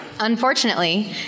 Unfortunately